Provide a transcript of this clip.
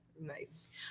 nice